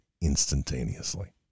instantaneously